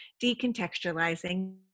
decontextualizing